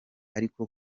ariko